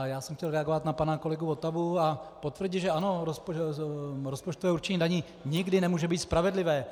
Já jsem chtěl reagovat na pana kolegu Votavu a potvrdit, že ano, rozpočtové určení daní nikdy nemůže být spravedlivé.